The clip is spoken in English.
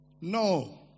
No